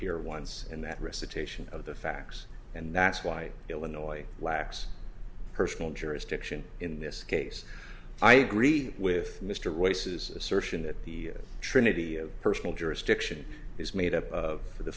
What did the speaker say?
appear once in that recitation of the facts and that's why illinois lacks personal jurisdiction in this case i agree with mr royce's assertion that the trinity of personal jurisdiction is made up of for the